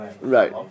Right